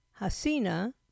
Hasina